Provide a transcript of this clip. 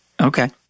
Okay